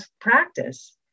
practice